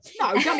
No